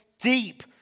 deep